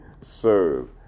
serve